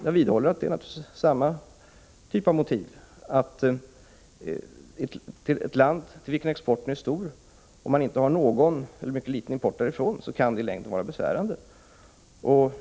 Jag vidhåller att samma typ av motiv föreligger. Det kan i längden vara besvärande att ha en stor export till ett land varifrån man inte har någon eller mycket liten import.